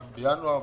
בינואר?